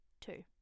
Two